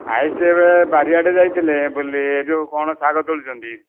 ଆଈକି ଏବେ ବାରିଡ଼େ ଯାଇଥିଲେ ବୁଲି ଏ ଯେଉଁ କ'ଣ ଶାଗ ତୋଳୁଛନ୍ତି